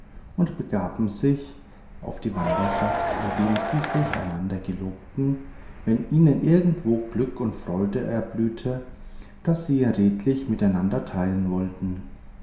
und begaben sich auf die wanderschaft indem sie sich einander gelobten wenn ihnen irgendwo glück und freude erblühte daß sie redlich miteinander teilen wollten